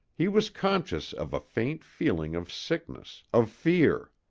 he was conscious of a faint feeling of sickness, of fear.